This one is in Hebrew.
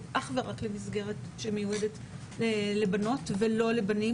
אך ורק למסגרת שמיועדת לבנות ולא לבנים,